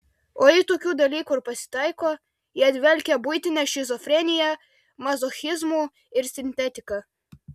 o jei tokių dalykų ir pasitaiko jie dvelkia buitine šizofrenija mazochizmu ir sintetika